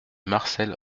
marcel